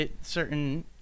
certain